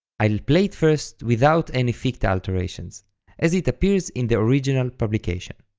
i'll play it first without any ficta alteration as it appears in the original publication.